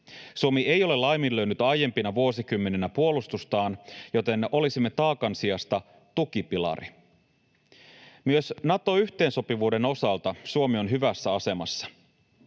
Suomi ei ole laiminlyönyt aiempina vuosikymmeninä puolustustaan, joten olisimme taakan sijasta tukipilari. Myös Nato-yhteensopivuuden osalta Suomi on hyvässä asemassa.